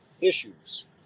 issues